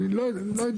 אני לא יודע,